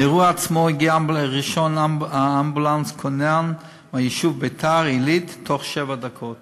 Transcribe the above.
לאירוע עצמו הגיע ראשון אמבולנס כונן מהיישוב ביתר-עילית בתוך שבע דקות,